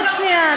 עוד שנייה.